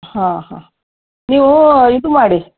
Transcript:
ಹಾಂ ಹಾಂ ನೀವು ಇದು ಮಾಡಿ